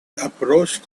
approached